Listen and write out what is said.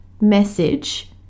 message